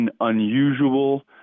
unusual